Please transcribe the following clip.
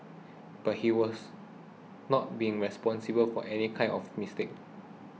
but he has not been responsible for any kind of mistake